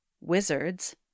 Wizards